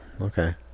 okay